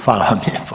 Hvala vam lijepo.